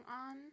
on